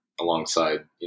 alongside